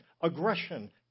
aggression